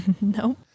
No